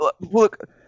Look –